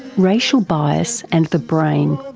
racial bias and the brain.